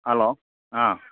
hello ꯑꯥ